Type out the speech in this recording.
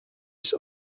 its